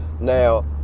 now